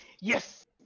Yes